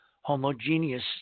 homogeneous